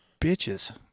bitches